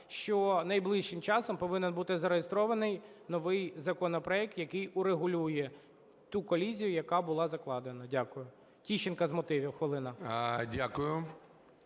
що найближчим часом повинен бути зареєстрований новий законопроект, який врегулює ту колізію, яка була закладена. Дякую. Тищенко з мотивів, хвилина.